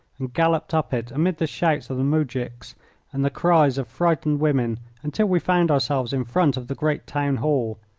and galloped up it amid the shouts of the moujiks and the cries of frightened women until we found ourselves in front of the great town-hall.